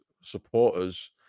supporters